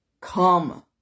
Come